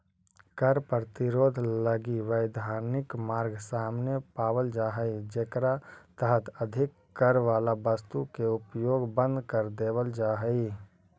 कर प्रतिरोध लगी वैधानिक मार्ग सामने पावल जा हई जेकरा तहत अधिक कर वाला वस्तु के उपयोग बंद कर देवल जा हई